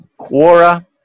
Quora